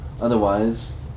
Otherwise